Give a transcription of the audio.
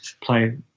play